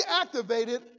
activated